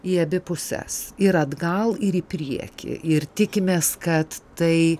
į abi puses ir atgal ir į priekį ir tikimės kad tai